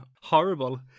Horrible